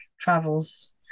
travels